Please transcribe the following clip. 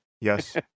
Yes